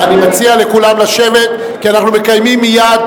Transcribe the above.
אני מציע לכולם לשבת, כי אנחנו מקיימים מייד